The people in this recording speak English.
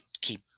keep